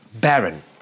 Baron